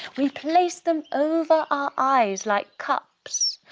we place them over our eyes like cups,